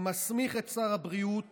המסמיך את שר הבריאות